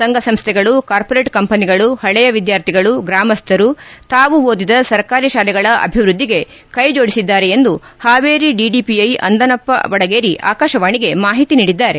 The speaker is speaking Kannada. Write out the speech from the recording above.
ಸಂಘ ಸಂಸ್ಥೆಗಳು ಕಾರ್ಪೊರೇಟ್ ಕಂಪನಿಗಳು ಪಳೆಯ ವಿದ್ಯಾರ್ಥಿಗಳು ಗ್ರಾಮಸ್ವರು ತಾವು ಓದಿದ ಸರ್ಕಾರಿ ಶಾಲೆಗಳ ಅಭಿವೃದ್ಧಿಗೆ ಕೈಜೋಡಿಸಿದ್ದಾರೆ ಎಂದು ಪಾವೇರಿ ಡಿಡಿಪಿಐ ಅಂದಾನಪ್ಪ ವಡಗೇರಿ ಆಕಾಶವಾಣಿಗೆ ಮಾಹಿತಿ ನೀಡಿದ್ದಾರೆ